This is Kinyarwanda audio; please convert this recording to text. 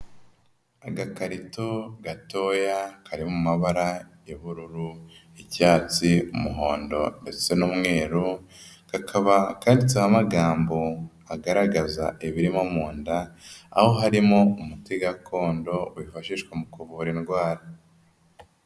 Agakarito gatoya kari mu mabara y'ubururu, icyatsi, umuhondo ndetse n'umweru kakaba kanditseho amagambo agaragaza ibirimo mu nda, aho harimo umuti gakondo wifashishwa mu kuvura indwara.